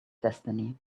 destiny